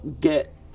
get